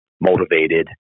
motivated